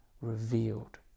revealed